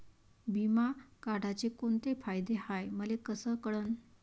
बिमा काढाचे कोंते फायदे हाय मले कस कळन?